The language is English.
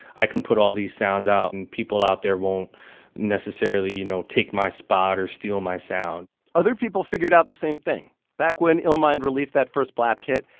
i can put all these sounds out, and people out there won't necessarily, you know, take my spot or steal my sound other people figured out the same thing. back when illmind released that first blap kit,